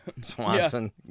Swanson